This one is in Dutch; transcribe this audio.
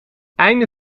einde